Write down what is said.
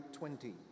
20